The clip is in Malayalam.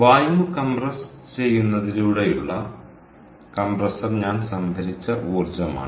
വായു കംപ്രസ്സുചെയ്യുന്നതിലൂടെയുള്ള കംപ്രസർ ഞാൻ സംഭരിച്ച ഊർജ്ജമാണ്